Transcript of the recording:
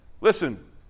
Listen